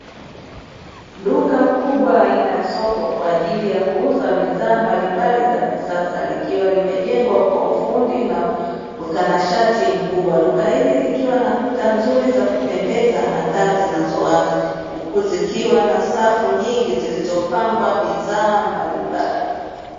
Duka kubwa aina ya soko kwa ajili ya kuuza bidhaa mbalimbali za kisasa likiwa limejengwa kwa ufundi na utanashati mkubwa. Duka hili likiwa na kuta nzuri za kupendeza na taa zinazowaka ukuzikiwa na safu nyingi zilizopangwa bidhaa mbalimbali.